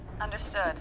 Understood